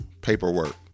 Paperwork